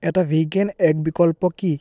এটা vegan egg বিকল্প কি